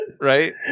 right